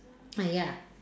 ah ya